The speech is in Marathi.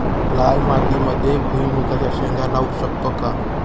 लाल मातीमध्ये भुईमुगाच्या शेंगा लावू शकतो का?